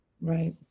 Right